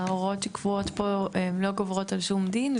ההוראות שקבועות פה הן לא גוברות על שום דין,